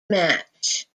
match